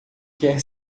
quer